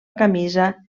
camisa